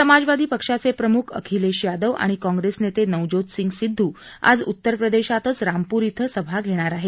समाजवादी पक्षाचे प्रमुख अखिलेश यादव आणि काँग्रेस नेते नवज्योतसिंग सिद्धू आज उत्तरप्रदेशातच रामपूर इथं सभा घेणार आहेत